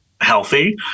healthy